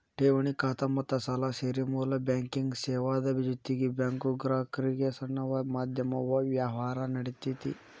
ಠೆವಣಿ ಖಾತಾ ಮತ್ತ ಸಾಲಾ ಸೇರಿ ಮೂಲ ಬ್ಯಾಂಕಿಂಗ್ ಸೇವಾದ್ ಜೊತಿಗೆ ಬ್ಯಾಂಕು ಗ್ರಾಹಕ್ರಿಗೆ ಸಣ್ಣ ಮಧ್ಯಮ ವ್ಯವ್ಹಾರಾ ನೇಡ್ತತಿ